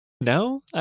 No